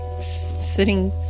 sitting